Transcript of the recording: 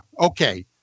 Okay